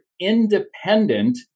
independent